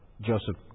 Joseph